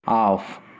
off